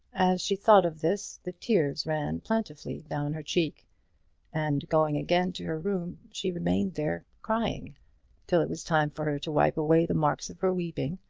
as she thought of this the tears ran plentifully down her cheek and going again to her room she remained there crying till it was time for her to wipe away the marks of her weeping,